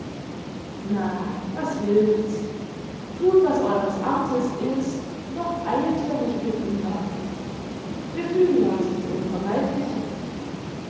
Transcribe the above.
na was hilft's thut was eures amtes ist doch eilt wenn ich bitten darf wir fügen uns in's unvermeidliche